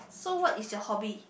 so what is your hobby